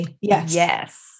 Yes